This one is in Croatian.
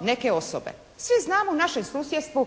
neke osobe. Svi znamo u našem susjedstvu